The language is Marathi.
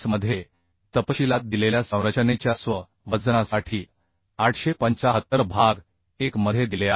मध्ये तपशीलात दिलेल्या संरचनेच्या स्व वजनासाठीः 875 भाग 1 मधे दिले आहे